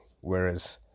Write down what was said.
Whereas